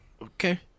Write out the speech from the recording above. Okay